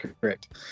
correct